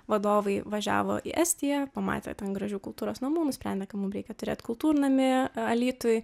vadovai važiavo į estiją pamatė ten gražių kultūros namų nusprendė ka mum reikia turėt kultūrnamy alytuj